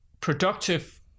productive